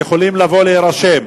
יכולים לבוא להירשם.